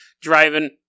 Driving